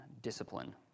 discipline